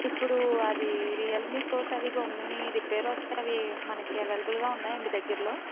ఇప్పుడు అది Realme stores అవి గమ్ముని రిపేర్ వస్తే అవి మనకి అవైలబుల్గా ఉన్నాయాండి దగ్గరలో